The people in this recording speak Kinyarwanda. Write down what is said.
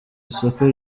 isoko